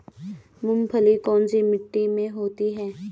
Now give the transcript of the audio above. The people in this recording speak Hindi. मूंगफली कौन सी मिट्टी में होती है?